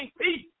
peace